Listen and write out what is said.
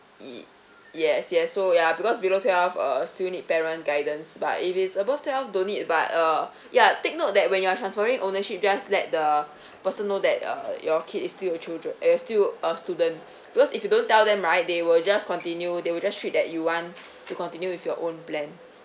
y~ yes yes so ya because below twelve uh still need parent guidance but if it's above twelve don't need but uh ya take note that when you are transferring ownership just let the person know that uh your kid is still a children is still a student because if you don't tell them right they will just continue they will just treat that you want to continue with your own plan